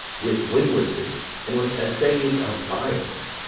with windlaces, and with assays of bias,